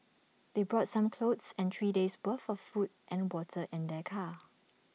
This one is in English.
they brought some clothes and three days' worth of food and water in their car